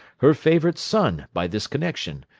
her favourite son by this connection,